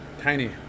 tiny